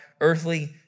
earthly